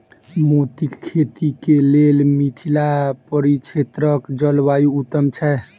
मोतीक खेती केँ लेल मिथिला परिक्षेत्रक जलवायु उत्तम छै?